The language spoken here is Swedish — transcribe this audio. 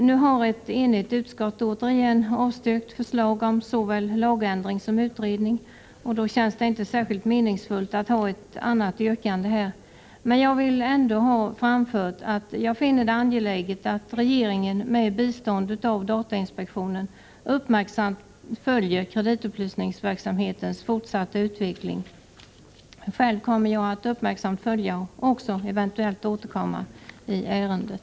Nu har ett enigt utskott återigen avstyrkt förslag om såväl lagändring som utredning, och då känns det inte särskilt meningsfullt att ha ett annat yrkande. Men jag vill ändå ha framfört att jag finner det angeläget att regeringen med bistånd av datainspektionen uppmärksamt följer kreditupplysningsverksamhetens fortsatta utveckling. Själv kommer jag att uppmärksamt följa den och eventuellt också återkomma i ärendet.